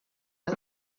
des